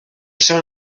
són